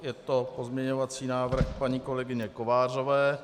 Je to pozměňovací návrh paní kolegyně Kovářové.